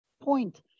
point